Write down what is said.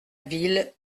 ville